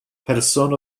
person